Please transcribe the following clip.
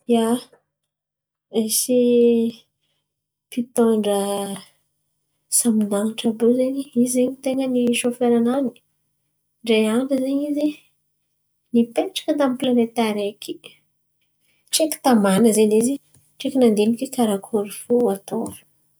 Ia, nisy olo itôndra sambon-danitra àby io zen̈y. Izen̈y ten̈a ny sofera nay, ndray andra zen̈y izy nipetraka taminy pilanety areky. Tsaiky tamana zen̈y izy, tiô fo nandiniky karakory fo atô.